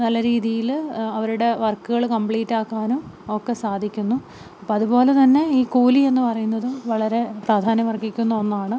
നല്ല രീതിയില് അവരുടെ വർക്കുകള് കംപ്ലീറ്റ് ആക്കാനുമൊക്കെ സാധിക്കുന്നു അപ്പോള് അതുപോലെ തന്നെ ഈ കൂലിയെന്ന് പറയുന്നതും വളരെ പ്രാധാന്യമര്ഹിക്കുന്ന ഒന്നാണ്